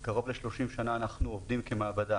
קרוב ל-30 שנים אנחנו עובדים כמעבדה